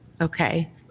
Okay